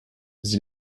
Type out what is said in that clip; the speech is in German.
sie